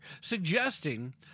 ...suggesting